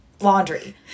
laundry